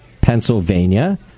Pennsylvania